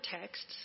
texts